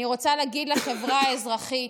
אני רוצה להגיד תודה לחברה האזרחית,